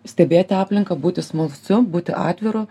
stebėti aplinką būti smalsiu būti atviru